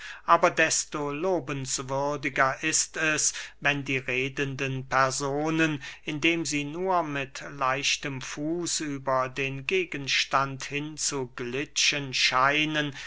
aber desto lobenswürdiger ist es wenn die redenden personen indem sie nur mit leichtem fuß über den gegenstand hin zu glitschen scheinen